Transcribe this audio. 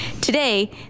Today